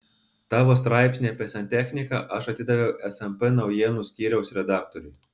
tavo straipsnį apie santechniką aš atidaviau smp naujienų skyriaus redaktoriui